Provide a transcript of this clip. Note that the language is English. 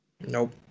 Nope